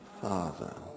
Father